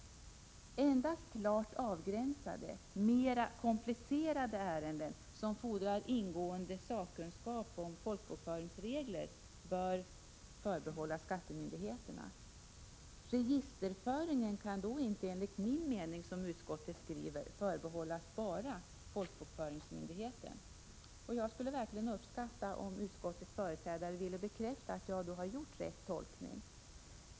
Endast klart avgränsade mera komplicerade ärenden, som fordrar ingående sakkunskap om folkbokföringsregler, bör förbehållas skattemyndigheterna. Registerföringen kan enligt min mening då inte, som utskottet skriver, förbehållas enbart folkbokföringsmyndigheten. Jag skulle verkligen uppskatta om utskottets företrädare ville bekräfta att jag gjort rätt tolkning.